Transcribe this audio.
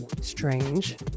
strange